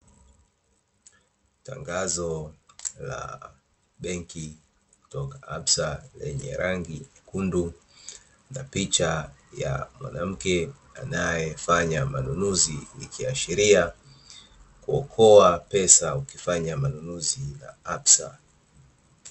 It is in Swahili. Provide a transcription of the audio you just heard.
Tangazo la benki kutoka "absa" lenye rangi nyekundu na picha ya mwanamke anaefanya manunuzi ikiashiria kuokoa pesa ukifanya manunuzi na "absa".